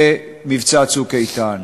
במבצע "צוק איתן".